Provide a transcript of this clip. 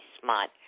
smart